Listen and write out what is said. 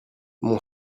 mon